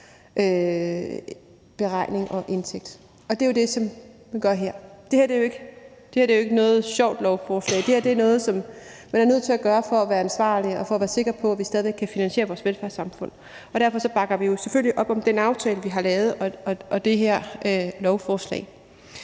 dækningsafgiftsberegning. Og det er jo det, vi gør her. Og det her er jo ikke noget sjovt lovforslag – det her er noget, som vi er nødt til at gøre for at være ansvarlige og for at være sikre på, at vi stadig væk kan finansiere vores velfærdssamfund. Derfor bakker vi jo selvfølgelig op om den aftale, vi har lavet, og det her lovforslag.